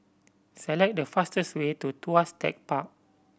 select the fastest way to Tuas Tech Park